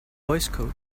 voicecode